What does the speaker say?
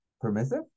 permissive